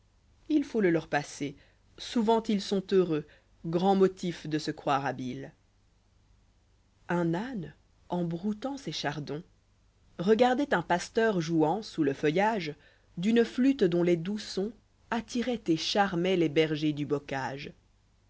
h faut le leur passer souvent ils sont heureux j grand motif de se croire habiles un âne en broutant ses chardons regardoit un pasteur jouant sous le feuillage d'une flûte dont les doux sons attiraient et charmoient les bergers du bocage